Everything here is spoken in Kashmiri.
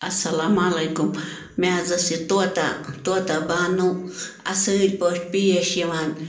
اَسَلامُ علیکُم مےٚ حظ ٲس یہِ طوطا طوطا بانو اَصٕل پٲٹھۍ پیش یِوان